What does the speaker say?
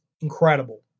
incredible